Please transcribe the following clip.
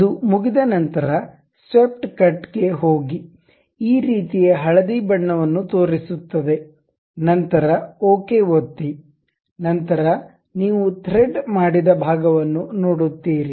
ಅದು ಮುಗಿದ ನಂತರ ಸ್ವೇಪ್ಟ್ ಕಟ್ ಗೆ ಹೋಗಿ ಈ ರೀತಿಯ ಹಳದಿ ಬಣ್ಣವನ್ನು ತೋರಿಸುತ್ತದೆ ನಂತರ ಓಕೆ ಒತ್ತಿ ನಂತರ ನೀವು ಥ್ರೆಡ್ ಮಾಡಿದ ಭಾಗವನ್ನು ನೋಡುತ್ತೀರಿ